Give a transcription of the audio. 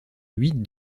huit